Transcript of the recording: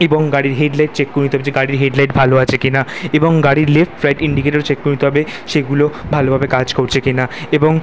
এবং গাড়ির headlight check করে নিতে হবে যে গাড়ির হেডলাইট ভালো আছে কিনা এবং গাড়ির লেফট রাইট ইন্ডিকেটর চেক করে নিতে হবে সেগুলো ভালোভাবে কাজ করছে কিনা এবং